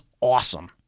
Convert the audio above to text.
awesome